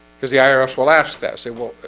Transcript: because the ah irs will ask that say well,